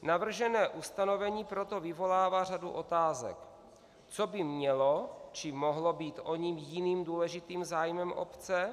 Navržené ustanovení proto vyvolává řadu otázek: Co by mohlo, či mělo být oním jiným důležitým zájmem obce?